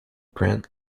grant